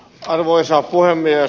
arvoisa puhemies